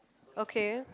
okay